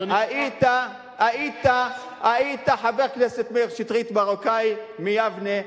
היית חבר כנסת מרוקאי מיבנה,